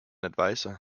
adviser